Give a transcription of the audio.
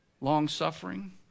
long-suffering